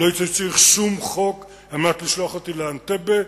לא הייתי צריך שום חוק על מנת לשלוח אותי לאנטבה,